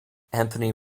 anthony